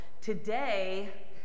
Today